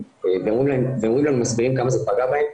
ואומרים לנו ומסבירים כמה זה פגע בהם,